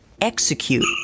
execute